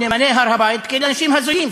"נאמני הר-הבית" כאל אנשים הזויים,